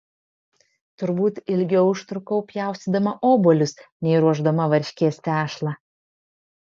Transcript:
turbūt ilgiau užtrukau pjaustydama obuolius nei ruošdama varškės tešlą